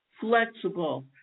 flexible